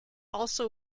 also